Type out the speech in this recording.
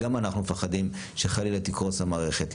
גם אנחנו מפחדים שחלילה תקרוס המערכת.